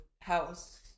house